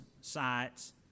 sites